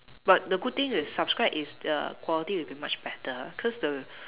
but the good thing with subscribe is the quality will be much better cause the